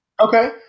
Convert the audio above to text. okay